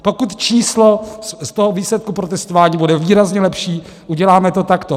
Pokud číslo z toho výsledku protestování bude výrazně lepší, uděláme to takto.